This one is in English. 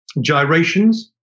gyrations